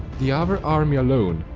the avar army alone,